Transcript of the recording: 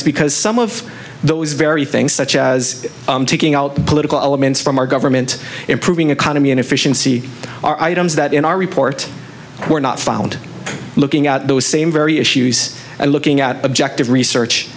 is because some of those very things such as taking out political elements from our government improving economy and efficiency are items that in our report were not found looking at those same very issues and looking at objective research